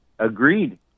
Agreed